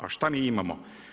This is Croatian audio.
A šta mi imamo?